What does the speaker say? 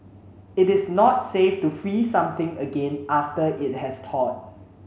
it is not safe to freeze something again after it has thawed